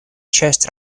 часть